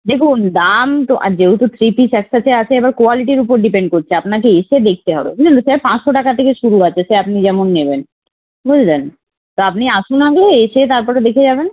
দেখুন দাম তো আর যেহেতু থ্রি পিস একসাথে আছে এবার কোয়ালিটির উপর ডিপেন্ড করছে আপনাকে এসে দেখতে হবে বুঝলেন তো সে পাঁচশো টাকা থেকে শুরু আছে সে আপনি যেমন নেবেন বুঝলেন তো আপনি আসুন আগে এসে তারপরে দেখে যাবেন